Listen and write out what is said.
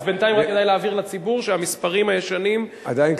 אז בינתיים רק אולי להבהיר לציבור שהמספרים הישנים בתוקפם.